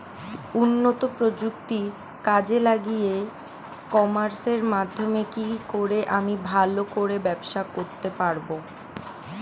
উন্নত প্রযুক্তি কাজে লাগিয়ে ই কমার্সের মাধ্যমে কি করে আমি ভালো করে ব্যবসা করতে পারব?